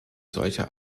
solcher